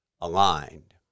aligned